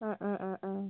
ആ ആ ആ ആ